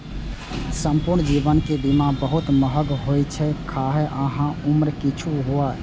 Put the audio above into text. संपूर्ण जीवन के बीमा बहुत महग होइ छै, खाहे अहांक उम्र किछुओ हुअय